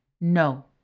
No